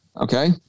Okay